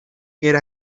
era